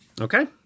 Okay